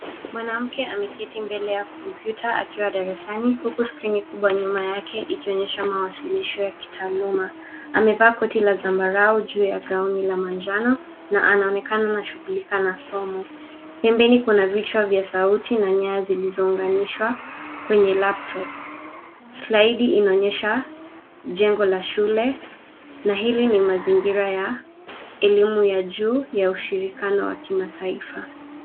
Mwanamke ameketi mbele ya kompyuta akiwa darasani huku skrini kubwa nyuma yake ikionyesha mawasilisho ya kitaaluma. Amevaa koti la zambarau juu ya gauni la manjano na anaonekana anashughulika na somo. Pembeni kuna vichwa vya sauti na nyaya zilizounganishwa kwenye laptop . Slaidi inaonyesha jengo la shule na hili ni mazingira ya elimu ya juu ya ushirikiano wa kimataifa.